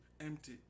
empty